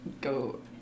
go